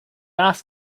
asked